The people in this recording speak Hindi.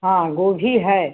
हाँ गोभी है